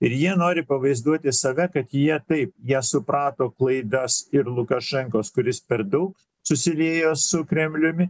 ir jie nori pavaizduoti save kad jie taip jie suprato klaidas ir lukašenkos kuris per daug susiliejo su kremliumi